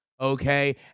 okay